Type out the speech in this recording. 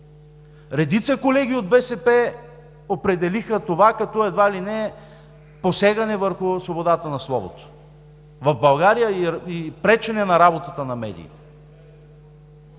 редица колеги от БСП определиха това като едва ли не посягане върху свободата на словото в България и пречене на работата на медиите.